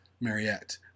Mariette